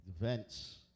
events